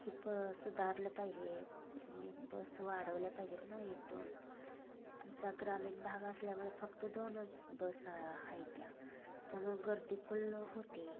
ही प सुधारलं पाहिजे आणि बस वाढवल्या पाहिजेत ना एक दोन आमचा ग्रामीण भाग असल्यामुळं फक्त दोनच बस आहेत त्यामुळं गर्दी फुल्ल होते